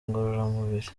ngororamubiri